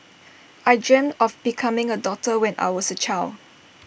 I dreamt of becoming A doctor when I was A child